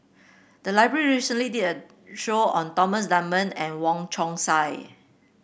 the library recently did a show on Thomas Dunman and Wong Chong Sai